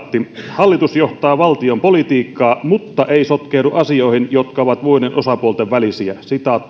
hallitus johtaa valtion politiikkaa mutta ei sotkeudu asioihin jotka ovat muiden osapuolten välisiä